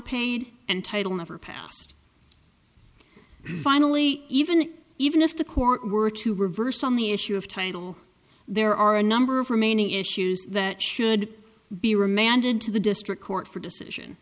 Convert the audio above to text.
paid and title never passed finally even even if the court were to reverse on the issue of title there are a number of remaining issues that should be remanded to the district court for decision